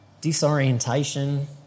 disorientation